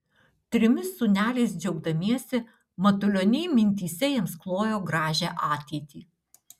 trimis sūneliais džiaugdamiesi matulioniai mintyse jiems klojo gražią ateitį